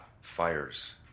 fires